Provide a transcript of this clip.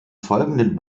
folgenden